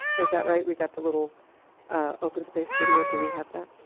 is that right? we've got the little open space video? do we have that?